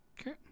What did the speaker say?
Okay